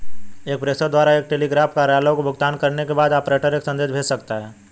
एक प्रेषक द्वारा एक टेलीग्राफ कार्यालय को भुगतान करने के बाद, ऑपरेटर एक संदेश भेज सकता है